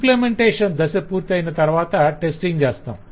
implementation దశ పూర్తయిన తరవాత టెస్టింగ్ చేస్తాం